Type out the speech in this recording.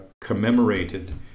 commemorated